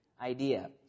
idea